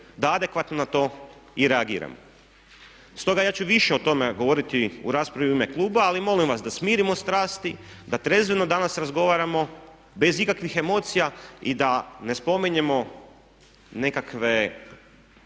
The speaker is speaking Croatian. da adekvatno na to i reagiramo. Stoga ja ću više o tome govoriti u raspravi u ime kluba ali molim vas da smirimo strasti, da trezveno danas razgovaramo bez ikakvih emocija i da ne spominjemo nekakve